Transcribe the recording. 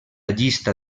llista